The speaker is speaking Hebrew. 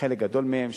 חלק גדול מהם,